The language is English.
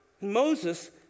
moses